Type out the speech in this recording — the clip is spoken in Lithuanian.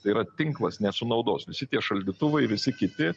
tai yra tinklas nesunaudos visi tie šaldytuvai visi kiti